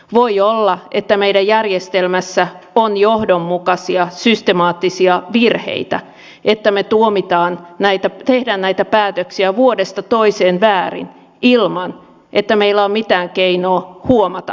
voi olla että meidän järjestelmässämme on johdonmukaisia systemaattisia virheitä että me tuomitsemme teemme näitä päätöksiä vuodesta toiseen väärin ilman että meillä on mitään keinoa huomata virhettämme